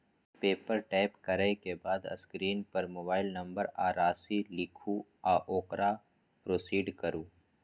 पे पर टैप करै के बाद स्क्रीन पर मोबाइल नंबर आ राशि लिखू आ ओकरा प्रोसीड करू